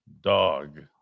dog